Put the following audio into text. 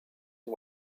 and